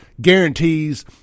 guarantees